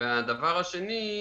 הדבר השני,